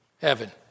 Heaven